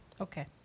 Okay